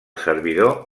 servidor